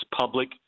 public